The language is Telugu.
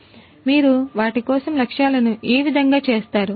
కాబట్టి మీరు వాటి కోసం లక్ష్యాలను ఏ విధంగా చేస్తారు